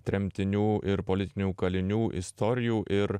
tremtinių ir politinių kalinių istorijų ir